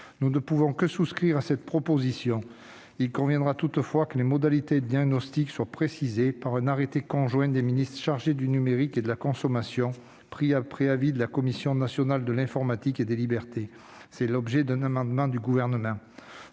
Nous ne pouvons que souscrire à cette proposition. Il faudrait toutefois que les modalités du diagnostic soient précisées par un arrêté conjoint des ministres chargés du numérique et de la consommation, pris après avis de la Commission nationale de l'informatique et des libertés, la CNIL ; tel est l'objet d'un amendement du Gouvernement.